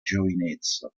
giovinezza